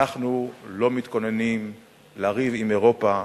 אנחנו לא מתכוננים לריב עם אירופה.